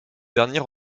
dernier